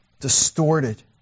distorted